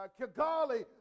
Kigali